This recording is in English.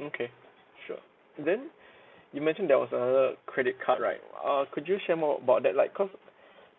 okay sure then you mentioned there was another credit card right uh could you share more about that like cause